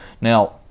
Now